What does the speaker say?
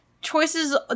choices